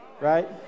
right